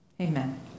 amen